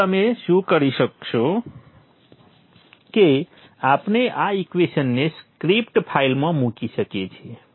તો તમે શું કરી શકો કે આપણે આ ઇક્વેશન્સને સ્ક્રિપ્ટ ફાઇલમાં મૂકી શકીએ છીએ